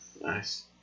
Nice